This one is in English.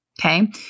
Okay